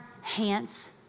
hands